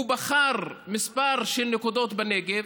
הוא בחר מספר של נקודות בנגב,